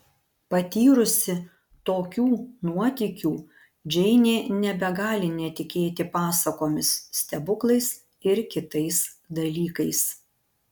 patyrusi tokių nuotykių džeinė nebegali netikėti pasakomis stebuklais ir kitais dalykais